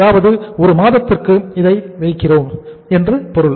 அதாவது ஒரு மாதத்திற்கு இதை வைத்திருக்கிறோம் என்று பொருள்